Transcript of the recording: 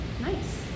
Nice